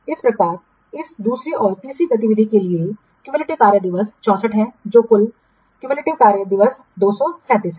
इस प्रकार इस दूसरी और तीसरी गतिविधि के लिए संचयी कार्य दिवस 64 है और कुल संचयी कार्य दिवस 237 है